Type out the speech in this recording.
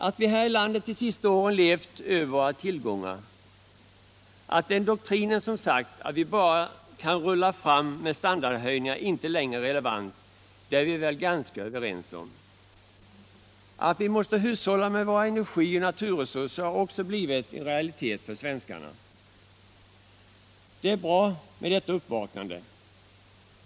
Att vi här i landet de senaste åren levt över våra tillgångar, att den doktrin som sagt att vi bara kan rulla fram med standardhöjningar inte längre är relevant, det är vi väl ganska överens om. Att vi måste hushålla med våra energioch naturresurser har också blivit en realitet för svenskarna. Det är bra med detta uppvaknande.